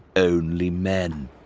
only men.